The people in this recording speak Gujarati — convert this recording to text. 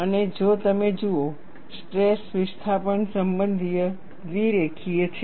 અને જો તમે જુઓ સ્ટ્રેસ વિસ્થાપન સંબંધ દ્વિરેખીય છે